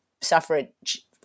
suffrage